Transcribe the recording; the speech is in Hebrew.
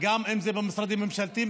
גם במשרדים ממשלתיים,